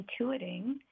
intuiting